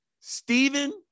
Stephen